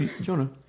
Jonah